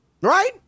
right